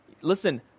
listen